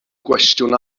gwestiwn